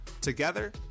Together